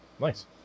Nice